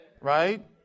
Right